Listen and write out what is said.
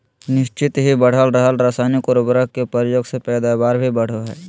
निह्चित ही बढ़ रहल रासायनिक उर्वरक के प्रयोग से पैदावार भी बढ़ो हइ